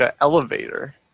elevator